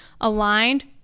aligned